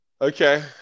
Okay